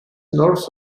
north